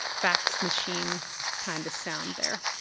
fax machine kind of sound there.